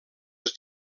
els